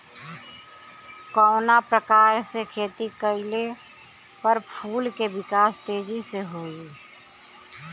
कवना प्रकार से खेती कइला पर फूल के विकास तेजी से होयी?